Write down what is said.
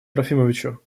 трофимовичу